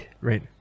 Right